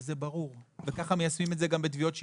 זה ברור וכך מיישמים את זה בתביעות שיבוב.